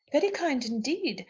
very kind indeed.